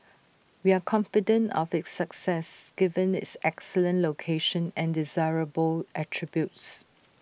we are confident of its success given its excellent location and desirable attributes